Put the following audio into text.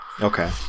Okay